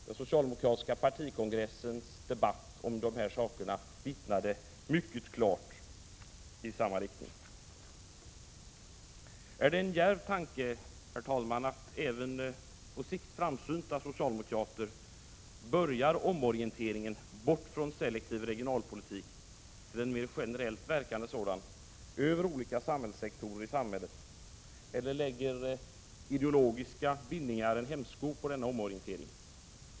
Den socialdemokratiska partikongressens debatt om de här sakerna visade mycket klart i samma riktning. Är det en för djärv tanke, herr talman, att även på sikt framsynta socialdemokrater har börjat omorienteringen bort från selektiv regionalpolitik till en mer generellt verkande sådan över olika sektorsgränser i samhället? Eller lägger ideologiska bindningar en hämsko på denna omorientering?